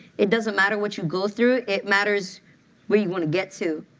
it doesn't matter what you go through. it matters what you want to get to.